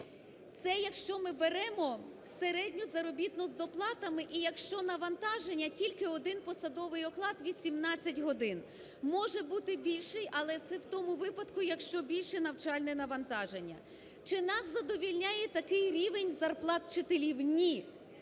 Це якщо ми беремо середню заробітну з доплатами і якщо навантаження тільки один посадовий оклад – 18 годин. Може бути більший, але це в тому випадку, якщо більше навчальне навантаження. Чи нас задовільняє такий рівень зарплат вчителів? Ні.